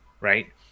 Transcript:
Right